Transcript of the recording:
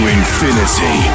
infinity